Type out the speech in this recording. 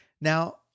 Now